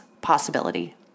possibility